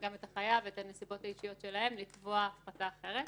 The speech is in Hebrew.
גם את החייב ואת הנסיבות האישיות שלהם כדי לקבוע החלטה אחרת.